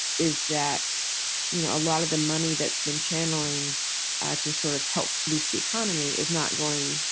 is that you know a lot of the money that's been channeling to sort of help boost the economy is not going,